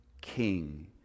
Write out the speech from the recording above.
King